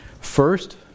First